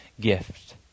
gift